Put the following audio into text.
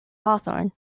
hawthorne